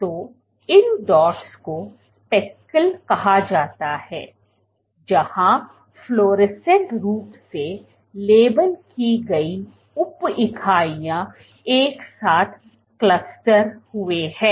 तो इन डॉट्स को स्पेकल कहा जाता है जहांफ्लोरोसेंट रूप से लेबल की गई उप इकाइयां एक साथ क्लस्टर हुए हैं